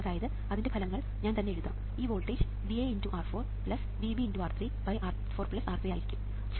അതായത് അതിൻറെ ഫലങ്ങൾ ഞാൻ തന്നെ എഴുതാം ഈ വോൾട്ടേജ് VA×R4VB×R3R4R3 ആയിരിക്കും